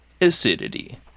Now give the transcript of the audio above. acidity